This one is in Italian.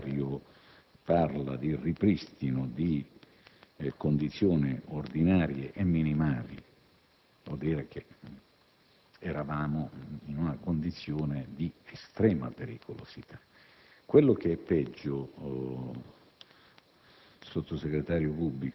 Quando il Sottosegretario parla di ripristino di condizioni ordinarie e minimali vuol dire che eravamo in una condizione di estrema pericolosità. Quello che è peggio,